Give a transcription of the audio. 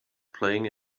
playing